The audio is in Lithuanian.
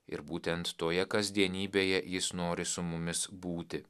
ir būtent toje kasdienybėje jis nori su mumis būti